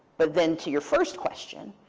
but then to your first question,